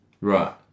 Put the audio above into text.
Right